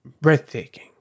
breathtaking